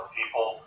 people